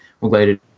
related